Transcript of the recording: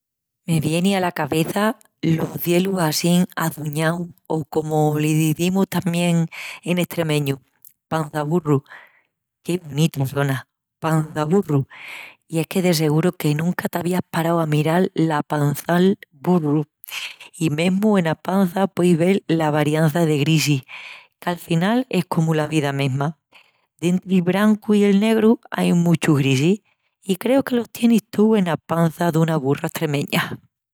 Me vieni ala cabeça los cielus assín açuñaus o comu l'izimus tamién en estremeñu, pançaburru. Qué bonitu sona, pançaburru. I es que de seguru que nunca t'avías parau a miral la pança'l burru. I mesmu ena pança pueis vel la variança de grisis, qu'afinal es comu la vida mesma. Dentri'l brancu i el negru, ain muchus grisis, i creu que los tienis tous ena pança duna burra estremeña.